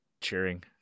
cheering